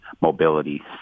mobility